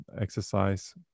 exercise